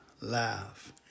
laugh